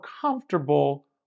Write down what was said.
comfortable